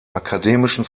akademischen